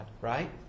right